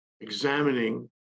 examining